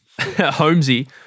Holmesy